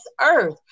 earth